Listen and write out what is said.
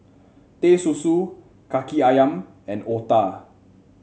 Teh Susu kaki ayam and otah